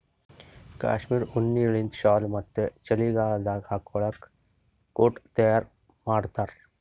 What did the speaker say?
cashmere ಉಣ್ಣಿಲಿಂತ್ shawl ಮತ್ತ್ ಚಳಿಗಾಲದಾಗ್ ಹಾಕೊಳ್ಳ ಕೋಟ್ ತಯಾರ್ ಮಾಡ್ತಾರ್